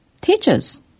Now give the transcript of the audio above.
teachers